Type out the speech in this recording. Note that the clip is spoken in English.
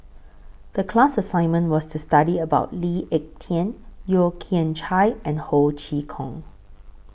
The class assignment was to study about Lee Ek Tieng Yeo Kian Chye and Ho Chee Kong